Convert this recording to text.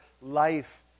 life